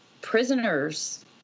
prisoners